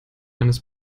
eines